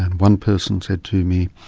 and one person said to me,